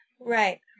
Right